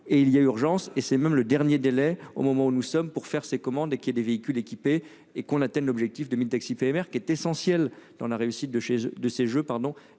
et il y a urgence et c'est même le dernier délai au moment où nous sommes pour faire ses commandes et qu'il y ait des véhicules équipés et qu'on atteigne l'objectif 2000 taxis prr qui est essentiel dans la réussite de chez eux